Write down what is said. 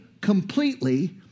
completely